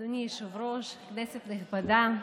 אדוני היושב-ראש, כנסת נכבדה,